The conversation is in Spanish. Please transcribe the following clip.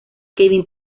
kevin